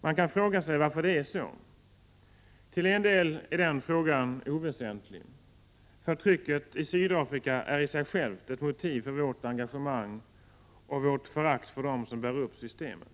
Man kan fråga sig varför det är så. Till en del är den frågan oväsentlig. Förtrycket i Sydafrika är i sig självt ett motiv för vårt engagemang och för vårt förakt för dem som bär upp systemet.